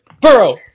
Burrow